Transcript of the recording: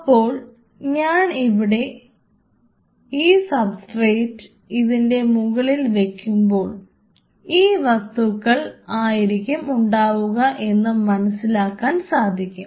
അപ്പോൾ ഞാൻ ഈ സബ്സ്ട്രേറ്റ് ഇതിൻറെ മുകളിൽ വെക്കുമ്പോൾ ഈ വസ്തുക്കൾ ആയിരിക്കും ഉണ്ടാവുക എന്ന് നമുക്ക് മനസ്സിലാക്കാൻ സാധിക്കും